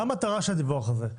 מה המטרה של הדיווח הזה?